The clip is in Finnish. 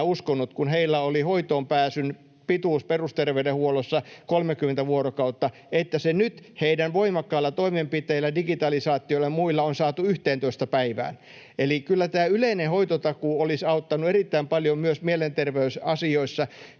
uskonut, kun heillä oli hoitoonpääsyn pituus perusterveydenhuollossa 30 vuorokautta, että se nyt heidän voimakkailla toimenpiteillään, digitalisaatiolla ja muilla, on saatu 11 päivään. Eli kyllä tämä yleinen hoitotakuu olisi auttanut erittäin paljon myös mielenterveysasioissa.